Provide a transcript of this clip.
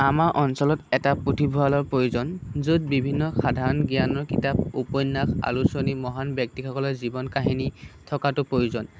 আমাৰ অঞ্চলত এটা পুথিভঁৰালৰ প্ৰয়োজন য'ত বিভিন্ন সাধাৰণ জ্ঞানৰ কিতাপ উপন্যাস আলোচনী মহান ব্যক্তিসকলৰ জীৱন কাহিনী থকাতো প্ৰয়োজন